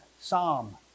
Psalm